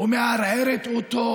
מה שעושה ראש הממשלה זה בדיוק כך.